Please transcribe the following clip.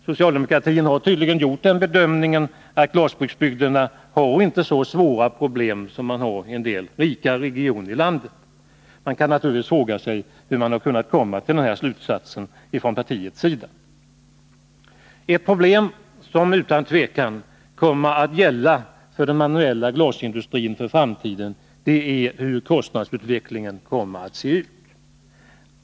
Socialdemokratin har tydligen gjort den bedömningen att glasbruksbygderna inte har så svåra problem som man har i en del rikare regioner. Man kan naturligtvis fråga sig hur man har kunnat komma fram till denna slutsats ifrån partiets sida. Ett problem som utan tvivel kommer att gälla den manuella glasindustrin i framtiden är hur kostnadsutvecklingen kommer att se ut.